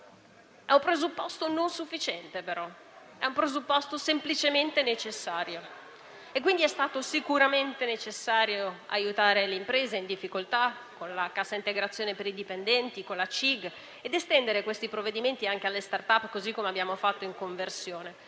un presupposto non sufficiente; è un presupposto semplicemente necessario. È stato quindi sicuramente necessario aiutare le imprese in difficoltà con la cassa integrazione per i dipendenti, con la CIG, ed estendere questi provvedimenti anche alle *start-up*, come abbiamo fatto in fase di conversione.